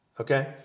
Okay